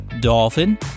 Dolphin